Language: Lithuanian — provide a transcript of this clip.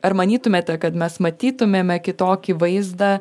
ar manytumėte kad mes matytumėme kitokį vaizdą